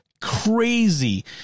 crazy